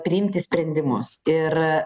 priimti sprendimus ir